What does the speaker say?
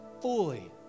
fully